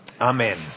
Amen